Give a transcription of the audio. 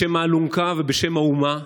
בשם האלונקה ובשם האומה,